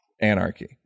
anarchy